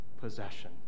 possession